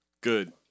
Good